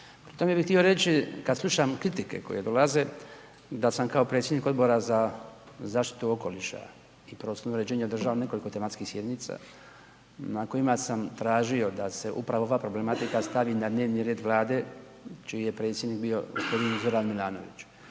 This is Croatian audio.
Tome bi htio reći kada slušam kritike koje dolaze da sam kao predsjednik Odbora za zaštitu okoliša i prostornog uređenja održao nekoliko tematskih sjednica na kojima sam tražio upravo da se ova problematika stavi na dnevni red Vlade čiji je predsjednik bio gospodin Zoran Milanović.